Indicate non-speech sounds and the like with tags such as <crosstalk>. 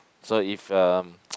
so if uh <noise>